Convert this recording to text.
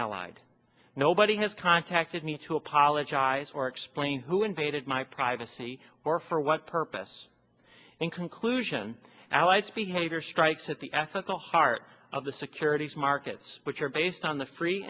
allied nobody has contacted me to apologize or explain who invaded my privacy or for what purpose and conclusion i speak havior strikes at the ethical heart of the securities markets which are based on the free